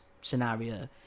scenario